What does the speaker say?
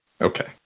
Okay